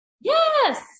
Yes